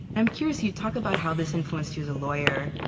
i'm curious you talk about how this influenced you as a lawyer.